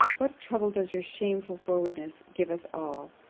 what trouble does your shameful forwardness give us all!